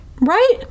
Right